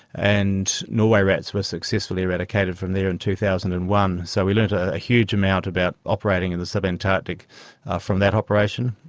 and norway rats were successfully eradicated from there in two thousand and one. so we learnt a huge amount about operating in the sub-antarctic from that operation.